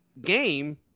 game